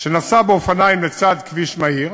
שנסע באופניים לצד כביש מהיר,